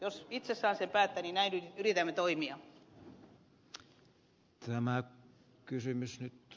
jos itse saan sen päättää niin näin yritämme toimia